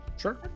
Sure